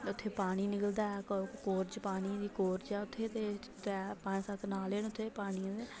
उत्थै पानी निकलदा ऐ कोरज पानी दी कोरज ऐ उत्थै ते पंज सत्त नाले न उत्थै पानियै दे